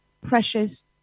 precious